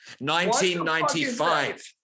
1995